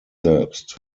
selbst